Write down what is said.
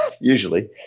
Usually